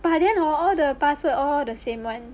but then hor all the password all the same [one]